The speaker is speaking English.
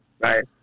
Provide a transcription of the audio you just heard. Right